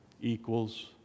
equals